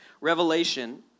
Revelation